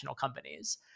companies